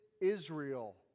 Israel